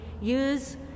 use